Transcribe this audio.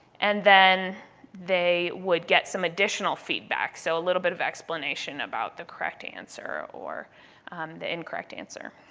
and then they would get some additional feedback, so a little bit of explanation about the correct answer or the incorrect answer.